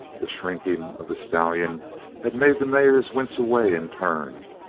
the shrinking of the stallion had made the mares wince away in turn,